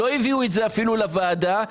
לא הביאו את זה אפילו לוועדה.